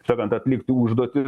sakant atliktų užduotį